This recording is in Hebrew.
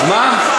אז מה?